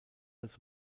als